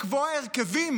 לקבוע הרכבים